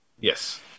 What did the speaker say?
yes